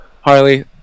harley